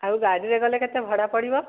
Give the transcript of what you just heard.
ଆଉ ଗାଡ଼ିରେ ଗଲେ କେତେ ଭଡ଼ା ପଡ଼ିବ